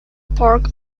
park